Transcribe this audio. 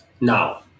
Now